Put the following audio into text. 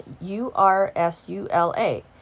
U-R-S-U-L-A